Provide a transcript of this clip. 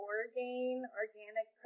Organic